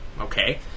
Okay